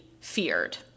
feared